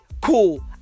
cool